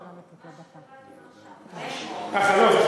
מה שקבעתם עכשיו, 500. אה, זה לא.